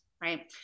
right